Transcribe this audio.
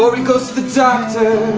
but he goes to the doctor